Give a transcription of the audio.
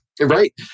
Right